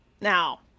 Now